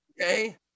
Okay